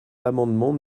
l’amendement